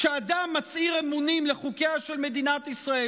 כשאדם מצהיר אמונים לחוקיה של מדינת ישראל,